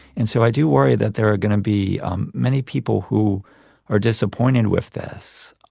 and so i do worry that there are going to be um many people who are disappointed with this.